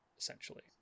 essentially